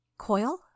Coil